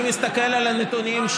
אני מסתכל על הנתונים,